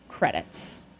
credits